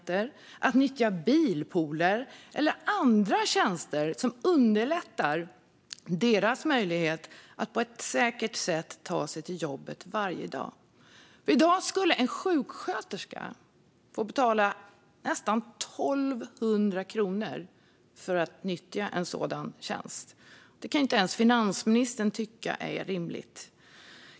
Det hindrar alla dem från att nyttja bilpooler eller andra tjänster som skulle kunna underlätta för dem att varje dag ta sig till jobbet på ett säkert sätt. I dag skulle en sjuksköterska få betala nästan 1 200 kronor för att nyttja en sådan tjänst. Det kan inte ens finansministern tycka är rimligt.